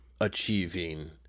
achieving